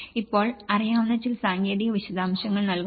ഇപ്പോൾ അറിയാവുന്ന ചില സാങ്കേതിക വിശദാംശങ്ങൾ നൽകുന്നു